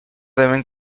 deben